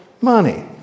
money